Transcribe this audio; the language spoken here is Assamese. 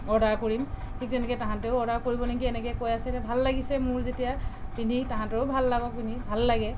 অৰ্ডাৰ কৰিম ঠিক তেনেকৈ তাহাঁতেও অৰ্ডাৰ কৰিব নেকি এনেকৈ কৈ আছে ভাল লাগিছে মোৰ যেতিয়া পিন্ধি তাহাঁতৰো ভাল লাগক পিন্ধি ভাল লাগে